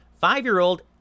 five-year-old